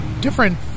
different